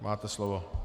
Máte slovo.